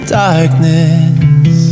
darkness